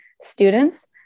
students